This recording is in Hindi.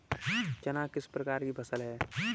चना किस प्रकार की फसल है?